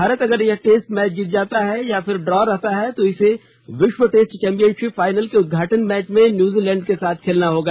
भारत अगर यह test match जीत जाता है या फिर ड्रा रहता है तो इसे विश्व टेस्ट चैम्पियनशिप फाइनल के उदघाटन मैच में न्यूजीलैंड के साथ खेलना होगा